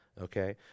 okay